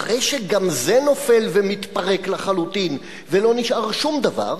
אחרי שגם זה נופל ומתפרק לחלוטין ולא נשאר שום דבר,